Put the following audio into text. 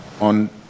on